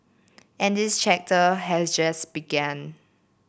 and this chapter has just begun